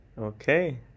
Okay